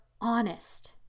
honest